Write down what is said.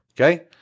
okay